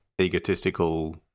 egotistical